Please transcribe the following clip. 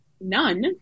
none